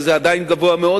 זה עדיין גבוה מאוד,